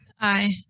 Aye